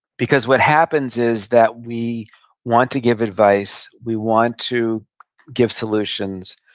because what happens is that we want to give advice, we want to give solutions,